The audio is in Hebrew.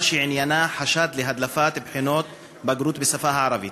שעניינה חשד להדלפת בחינות בגרות בשפה הערבית.